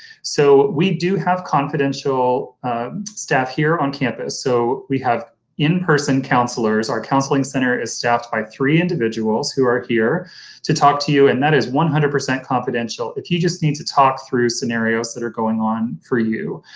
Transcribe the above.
so we do have confidential staff here on campus so we have in-person counselors our counseling center is staffed by three individuals who are here to talk to you, and that is one hundred percent confidential if you just need to talk through scenarios that are going on for you.